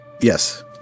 Yes